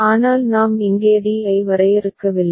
ஆனால் நாம் இங்கே d ஐ வரையறுக்கவில்லை